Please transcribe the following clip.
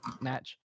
match